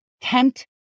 tempt